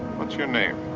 what's your name?